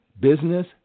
business